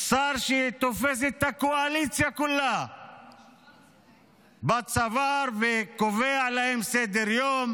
שר שתופס את הקואליציה כולה בצוואר וקובע להם סדר-יום,